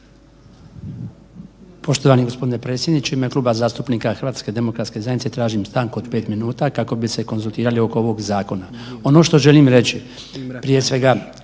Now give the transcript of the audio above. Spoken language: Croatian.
Poštovani gospodine predsjedniče u ime Kluba zastupnika HDZ-a tražim stanku od 5 minuta kako bi se konzultirali oko ovog zakona. Ono što želim reći prije svega,